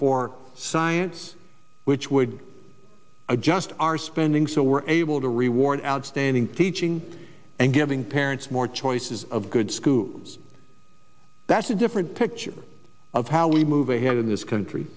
for science which would adjust our spending so we're able to reward outstanding teaching and giving parents more choices of good schools that's a different picture of how we move ahead in this country